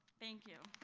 thank you.